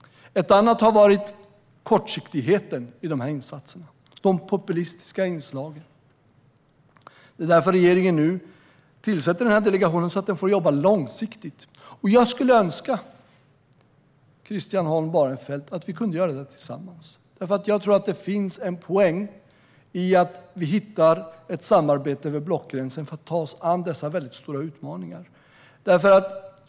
Ett annat misstag har varit kortsiktigheten i insatserna, de populistiska inslagen. Det är därför regeringen tillsätter den här delegationen, så att den ska få jobba långsiktigt. Jag skulle önska att vi kunde göra det tillsammans, Christian Holm Barenfeld. Jag tror nämligen att det finns en poäng i att hitta ett samarbete över blockgränsen, för att ta oss an dessa stora utmaningar.